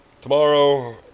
Tomorrow